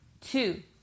two